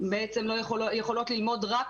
-- -בעצם יכולות למוד רק